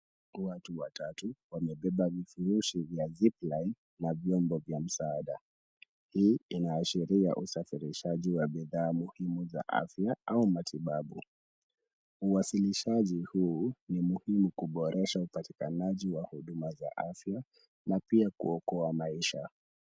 Watu watatu wamebeba vifurushi vya zip line na vyombo vya msaada. Hii inaashiria usafirishaji wa bidhaa muhima za afya au matibabu. Uwasilishaji huu ni muhimu kuboresha upatikanaji wa huduma za afya na pia kuokoa maisha.